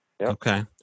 Okay